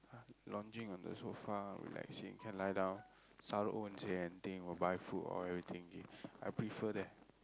lounging on the sofa relaxing can lie down Saro won't say anything will buy food or everything okay I prefer that